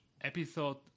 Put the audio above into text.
episode